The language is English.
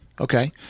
Okay